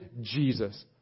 Jesus